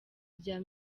rya